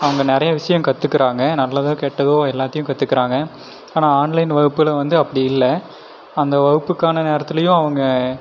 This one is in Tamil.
அவங்க நிறையா விஷயம் கற்றுக்குறாங்க நல்லதோ கெட்டதோ எல்லாத்தையும் கற்றுக்குறாங்க ஆனால் ஆன்லைன் வகுப்பில் வந்து அப்படி இல்லை அந்த வகுப்புக்கான நேரத்துலையும் அவங்க